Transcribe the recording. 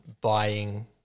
buying